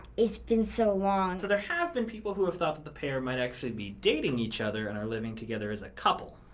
it's been so long. so there have been people who have thought that the pair might actually be dating each other and are living together as a couple.